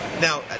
Now